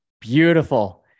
Beautiful